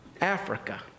Africa